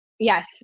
Yes